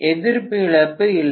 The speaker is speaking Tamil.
எதிர்ப்பு இழப்பு இல்லை